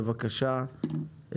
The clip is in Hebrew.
בבקשה,